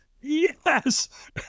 yes